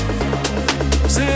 Say